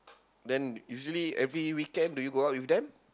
then usually every weekend do you go out with them